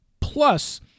Plus